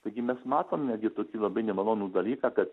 taigi mes matom netgi tokį labai nemalonų dalyką kad